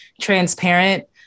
transparent